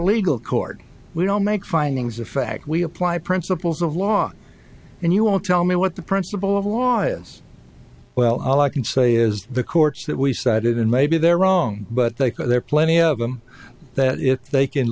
legal court we don't make findings of fact we apply principles of law and you won't tell me what the principle of law is well all i can say is the courts that we cited and maybe they're wrong but they can there are plenty of them that if they can